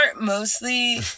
mostly